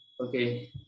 Okay